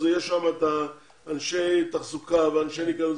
אז יש שם אנשי תחזוקה ואנשי ניקיון,